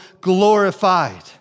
glorified